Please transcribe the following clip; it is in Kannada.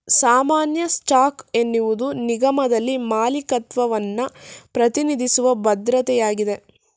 ಸಾಮಾನ್ಯ ಸ್ಟಾಕ್ ಎನ್ನುವುದು ನಿಗಮದಲ್ಲಿ ಮಾಲೀಕತ್ವವನ್ನ ಪ್ರತಿನಿಧಿಸುವ ಭದ್ರತೆಯಾಗಿದೆ